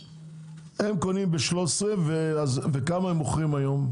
הם קונים ב-13 ₪, ובכמה הם מוכרים היום?